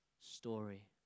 story